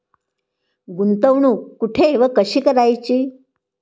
गुंतवणूक कुठे व कशी करायची?